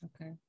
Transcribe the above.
Okay